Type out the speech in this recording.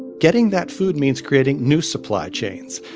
getting that food means creating new supply chains,